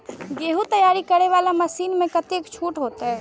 गेहूं तैयारी करे वाला मशीन में कतेक छूट होते?